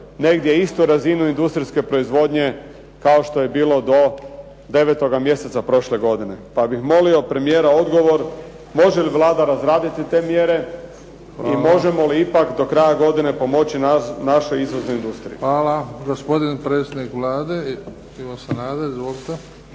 negdje istu razinu industrijske proizvodnje kao što je bilo do 9 mjeseca prošle godine. Pa bih molio premijera odgovor, može li Vlada razraditi te mjere i možemo li ipak do kraja godine pomoći našu izvoznu industriju. Hvala. **Bebić, Luka (HDZ)** Hvala. Gospodin predsjednik Vlade, dr. Ivo Sanader, izvolite.